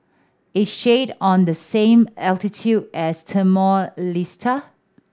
is Chad on the same latitude as Timor Leste